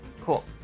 Cool